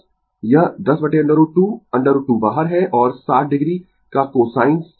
यह 10√ 2 √ 2 बाहर है और 60 o का cosine 60 o का cosine